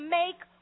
make